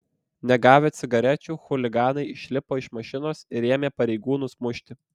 negavę cigarečių chuliganai išlipo iš mašinos ir ėmė pareigūnus mušti